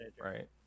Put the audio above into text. right